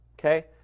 okay